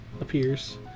appears